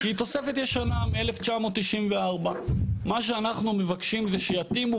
כי היא תוספת ישנה משנת 1994. אנחנו מבקשים שיתאימו